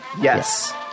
yes